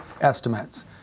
estimates